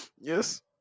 Yes